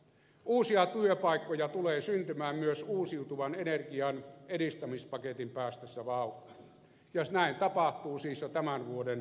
uusia työpaikkoja tulee syntymään myös uusiutuvan energian edistämispaketin päästessä vauhtiin ja näin tapahtuu siis jo tämän vuoden talousarvioesityksen myötä